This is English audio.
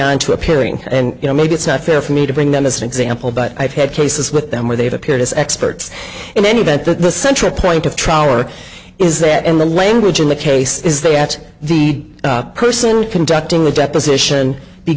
on to appearing and you know maybe it's not fair for me to bring them as an example but i've had cases with them where they've appeared as experts in any event the central point of trial or is that in the language in the case is they at the person conducting the deposition be